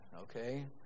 okay